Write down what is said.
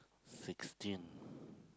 sixteen